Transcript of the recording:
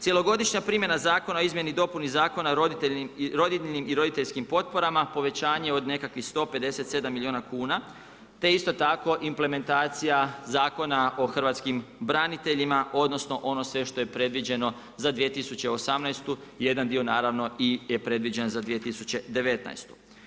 Cjelogodišnja primjena o izmjeni i dopuni Zakona o rodiljnim i roditeljskim potporama povećanje od nekakvih 157 milijuna kuna, te isto tako implementacija Zakona o hrvatskim braniteljima, odnosno ono sve što je predviđeno za 2018. i jedan dio naravno je predviđen za 2019.